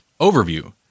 Overview